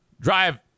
drive